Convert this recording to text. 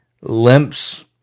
Limps